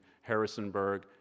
Harrisonburg